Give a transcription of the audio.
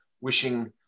wishing